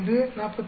125 47